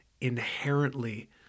inherently